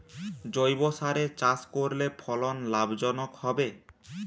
জৈবসারে চাষ করলে ফলন লাভজনক হবে?